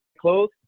close